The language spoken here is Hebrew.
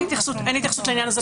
אין התייחסות לעניין הזה.